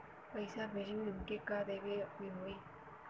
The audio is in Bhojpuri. पैसा भेजे में हमे का का देवे के होई?